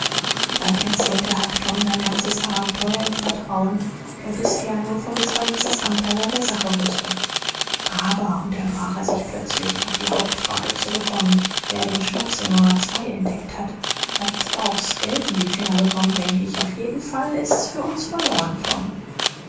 dann erzählte huck tom sein ganzes abenteuer im vertrauen der bisher nur von des wallisers anteil an der sache wußte aber unterbrach er sich plötzlich auf die hauptfrage zurückkommend wer den schnaps in nummer zwei entdeckt hat hat auch's geld in die finger bekommen denk ich auf jeden fall ist's für uns verloren tom